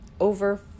over